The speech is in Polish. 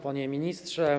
Panie Ministrze!